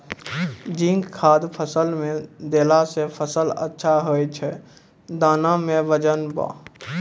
zinc खाद फ़सल मे देला से फ़सल अच्छा होय छै दाना मे वजन ब